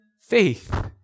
faith